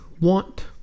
want